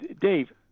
Dave